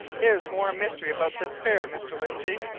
here's more mystery about this affair, mr. lindsey!